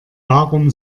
darum